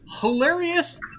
hilarious